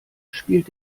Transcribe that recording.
spielt